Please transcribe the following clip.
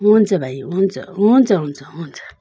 हुन्छ भाइ हुन्छ हुन्छ हुन्छ हुन्छ